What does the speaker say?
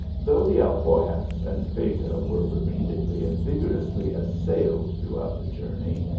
though the alforjas and beta were repeatedly and vigorously assailed throughout the journey,